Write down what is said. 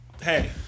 hey